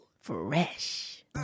Fresh